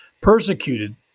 persecuted